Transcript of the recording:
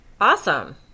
Awesome